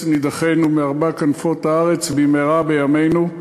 נידחינו מארבע כנפות הארץ" במהרה בימינו,